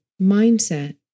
mindset